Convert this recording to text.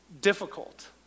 difficult